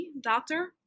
doctor